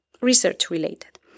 research-related